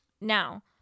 Now